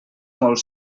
molt